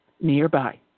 nearby